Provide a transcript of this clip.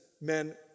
men